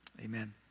Amen